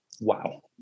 wow